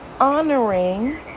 honoring